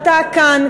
כאן,